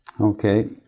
Okay